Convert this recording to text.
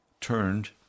turned